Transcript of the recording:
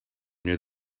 near